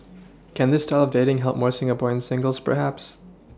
can this style dating help more Singaporean singles perhaps